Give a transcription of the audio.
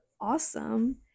awesome